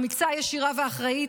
אמיצה, ישירה ואחראית.